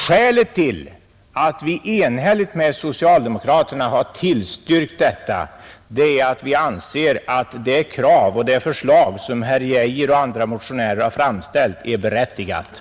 Skälet till att vi enhälligt med socialdemokraterna har tillstyrkt motionen är att vi anser att de krav och de förslag som herr Geijer och andra motionärer har framställt är berättigade.